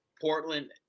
Portland